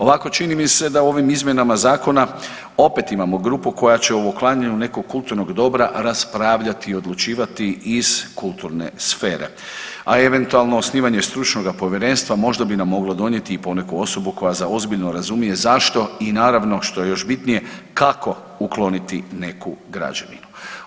Ovako čini mi se da u ovim izmjenama zakona opet imamo grupu koja će o uklanjanju nekog kulturnog dobra raspravljati i odlučivati iz kulturne sfere, a eventualno osnivanje stručnoga povjerenstva možda bi nam moglo donijeti i poneku osobu koja za ozbiljno razumije zašto i naravno što je još bitnije kako ukloniti neku građevinu.